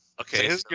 Okay